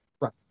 Right